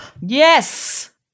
Yes